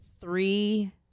three